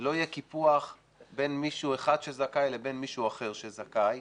שלא יהיה קיפוח בין מישהו אחד שזכאי לבין מישהו אחר שזכאי.